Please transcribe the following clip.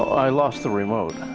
i lost the remote.